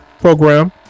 program